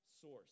source